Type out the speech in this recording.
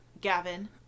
Gavin